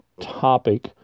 topic